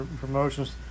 promotions